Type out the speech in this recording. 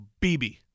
BB